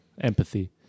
empathy